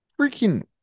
freaking